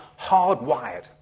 hardwired